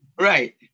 Right